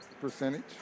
percentage